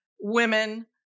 women